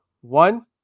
One